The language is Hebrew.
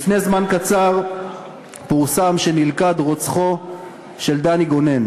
לפני זמן קצר פורסם שנלכד רוצחו של דני גונן.